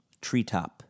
treetop